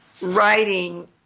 writing